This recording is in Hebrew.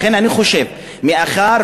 לכן אני חושב, מאחר